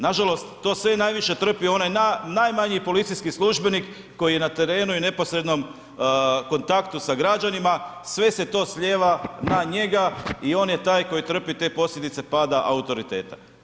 Nažalost, to sve i najviše trpi i onaj najmanji policijski službenik koji je na terenu i neposrednom kontaktu sa građanima, sve se to slijeva na njega i on je taj koji trpi te posljedice pada autoriteta.